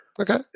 Okay